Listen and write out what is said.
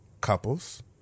couples